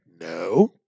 no